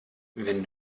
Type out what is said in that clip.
wenn